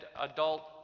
adult